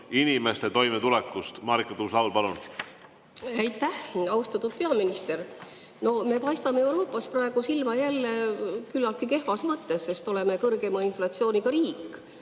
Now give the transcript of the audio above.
inimeste toimetulek. Marika Tuus-Laul, palun! Aitäh! Austatud peaminister! Me paistame Euroopas silma jälle küllaltki kehvas mõttes, sest oleme kõrgeima inflatsiooniga riik.